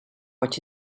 what